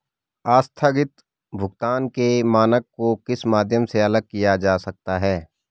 आस्थगित भुगतान के मानक को किस माध्यम से अलग किया जा सकता है?